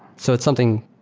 so it's something.